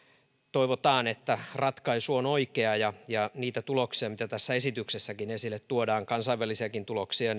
toivotaan että ratkaisu on oikea ja ja niillä tuloksilla mitä tässä esityksessäkin esille tuodaan kansainvälisilläkin tuloksilla